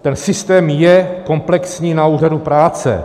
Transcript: Ten systém je komplexní na úřadu práce.